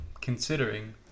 considering